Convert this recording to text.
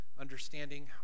understanding